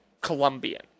Colombian